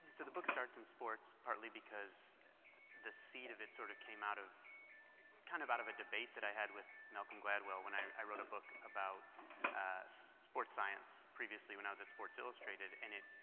so the books starts in sports, partly because the seed of it sort of came out, of kind, of out of a debate that i had with malcolm gladwell when i wrote a book about sports science, previously when i was at sports illustrated and it